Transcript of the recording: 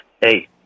Hey